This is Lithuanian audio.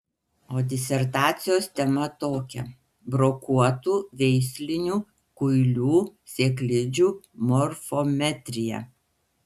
o disertacijos tema tokia brokuotų veislinių kuilių sėklidžių morfometrija